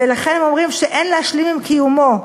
ולכן, הם אומרים שאין להשלים עם קיומו.